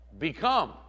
become